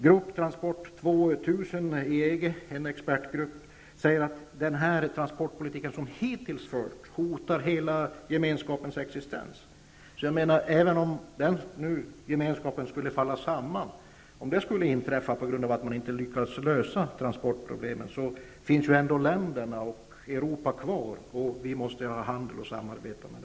En expertgrupp i EG, Grupptransport 2000, anser att den transportpolitik som hittills har förts hotar hela Gemenskapens existens. Även om Gemenskapen nu skulle falla samman på grund av att man inte lyckas lösa transportproblemen, finns ju ändå länderna i Europa kvar att föra handel och samarbeta med.